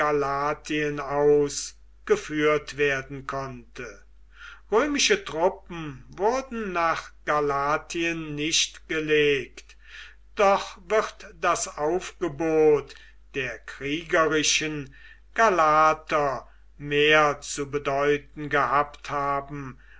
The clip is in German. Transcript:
aus geführt werden konnte römische truppen wurden nach galatien nicht gelegt doch wird das aufgebot der kriegerischen galater mehr zu bedeuten gehabt haben